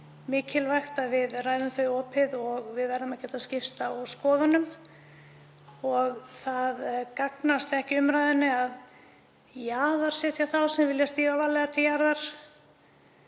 mikilvægt að við ræðum þau opið og við verðum að geta skipst á skoðunum. Það gagnast ekki umræðunni að jaðarsetja þá sem vilja stíga varlega til jarðar.